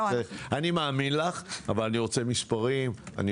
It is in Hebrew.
אני מאמין לך, אבל אני רוצה מספרים ונתונים.